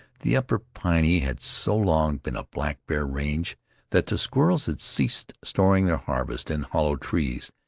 the upper piney had so long been a blackbear range that the squirrels had ceased storing their harvest in hollow trees,